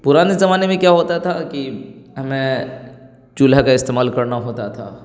پرانے زمانے میں کیا ہوتا تھا کہ میں چولہا کا استعمال کرنا ہوتا تھا